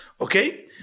okay